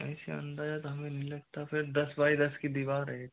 ऐसे अंदाजा तो हमें नहीं लगता फिर दस बाय दस की दीवार है एक